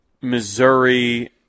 Missouri